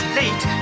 late